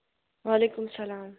وعلیکُم سَلام